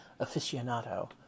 aficionado